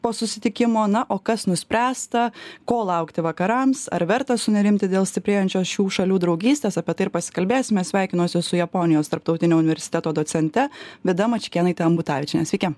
po susitikimo na o kas nuspręsta ko laukti vakarams ar verta sunerimti dėl stiprėjančios šių šalių draugystės apie tai ir pasikalbėsime sveikinuosi su japonijos tarptautinio universiteto docente vida mačiukėnaite ambutavičiene sveiki